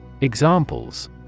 Examples